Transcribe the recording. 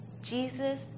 Jesus